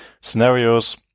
scenarios